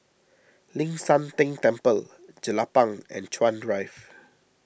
Ling San Teng Temple Jelapang and Chuan Drive